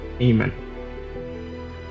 amen